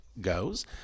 goes